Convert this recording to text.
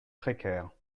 précaires